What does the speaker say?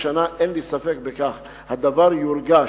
אין לי ספק שהשנה הדבר יורגש.